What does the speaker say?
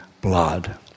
blood